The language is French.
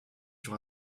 sur